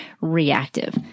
reactive